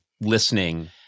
listening